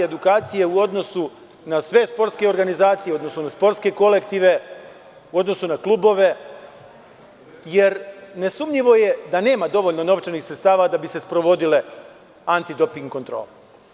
Edukacije u odnosu na sve sportske organizacije odnosno na sportske kolektive u odnosu na klubove, jer nesumnjivo je da nema dovoljno novčanih sredstava da bi se sprovodile anti doping kontrole.